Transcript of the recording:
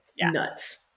Nuts